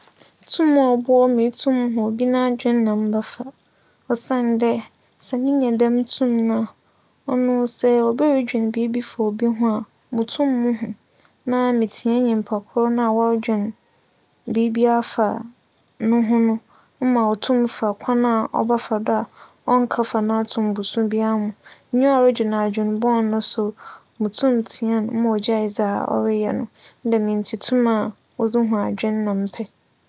Tum a ͻboa ma itum ihu obi n'adwen na mebɛfa osiandɛ sɛ menya dɛm tum no a, ͻno sɛ obi rodwen biribi fa obi ho a, mutum muhu na metsia nyimpa kor no a wͻrodwen biribi afa no ho no mma otum fa kwan a ͻbɛfa do a ͻnnkɛfa no ato mbusu biara mu. Nyia ͻrodwen adwen bͻn no so, mutum tsia no ma ogyaa dza ͻreyɛ no. Ne dɛm ntsi, tum a wͻdze hu adwen na mepɛ.